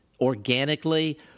organically